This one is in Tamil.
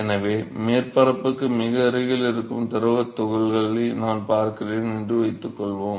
எனவே மேற்பரப்புக்கு மிக அருகில் இருக்கும் திரவத் துகள்களை நான் பார்க்கிறேன் என்று வைத்துக்கொள்வோம்